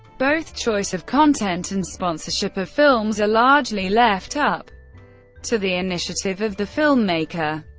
both choice of content and sponsorship of films are largely left up to the initiative of the filmmaker.